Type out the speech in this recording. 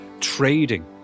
trading